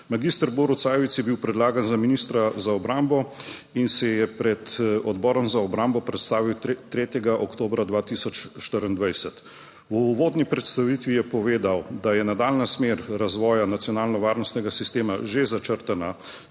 Mag. Borut Sajovic je bil predlagan za ministra za obrambo in se je pred Odborom za obrambo predstavil 3. oktobra 2024. V uvodni predstavitvi je povedal, da je nadaljnja smer razvoja nacionalno varnostnega sistema že začrtana